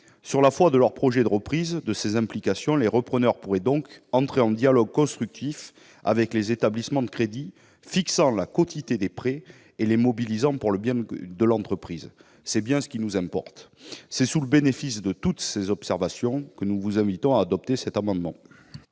Sur la foi de leur projet de reprise, de ses implications, les repreneurs pourraient donc entrer en dialogue constructif avec les établissements de crédit, fixant la quotité des prêts et les mobilisant pour le bien de l'entreprise. C'est bien ce qui nous importe. Sous le bénéfice de toutes ces observations, mes chers collègues, nous vous invitons à voter cet amendement.